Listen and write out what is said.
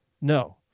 No